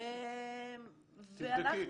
תבדקי.